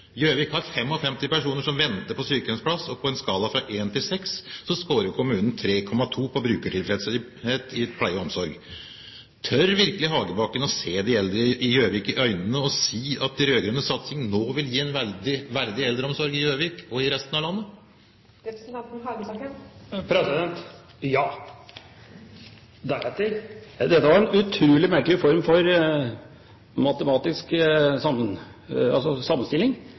Gjøvik har 55 personer som venter på sykehjemsplass, og på en skala fra en til seks scorer kommunen 3,2 på brukertilfredshet i pleie og omsorg. Tør virkelig Hagebakken å se de eldre i Gjøvik i øynene og si at den rød-grønne satsingen nå vil gi en verdig eldreomsorg i Gjøvik og i resten av landet? Ja. Deretter: Dette var en utrolig merkelig form for matematisk